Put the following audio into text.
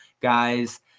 guys